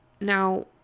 now